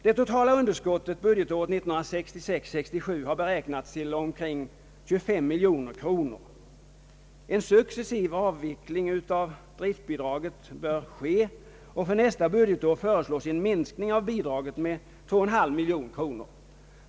Det totala underskottet budgetåret 1966/67 har beräknats till omkring 25 miljoner kronor. En successiv avveckling av driftsbidraget bör ske, och för nästa budgetår föreslås en minskning av bidraget med 2,5 miljoner kronor.